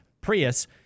prius